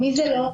מי זה לא?